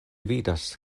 vidas